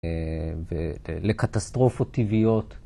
‫ולקטסטרופות טבעיות.